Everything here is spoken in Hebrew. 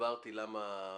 הסברתי למה